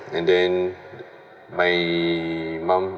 and then my mom